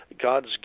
God's